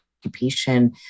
occupation